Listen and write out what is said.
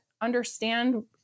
understand